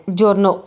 giorno